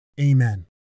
Amen